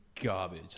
garbage